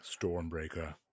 Stormbreaker